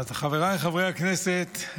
אז חבריי חברי הכנסת,